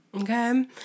Okay